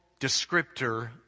descriptor